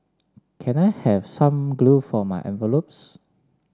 can I have some glue for my envelopes